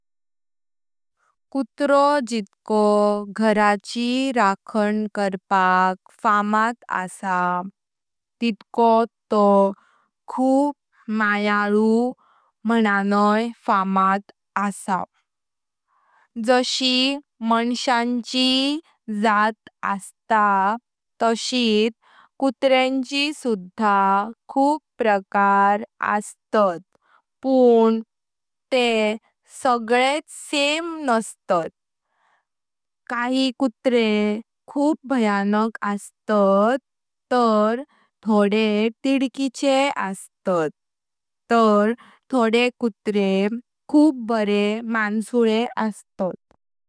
कुत्रो जितको घराची रखण करपाक फामद असा तितकोत तो खूप मायाळू माणणय फामद असा। जशी मान्श्यांची जात अस्त तशी कुत्र्यांनी सुधा खूप प्रकार अस्तत, पण ते सगलेट सेम नसतात। काही कुत्रे खूप भयाणक अस्तत आनी तिडकिचे अस्तत तार काही कुत्रे खूप बरे माणसुले अस्तत।